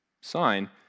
sign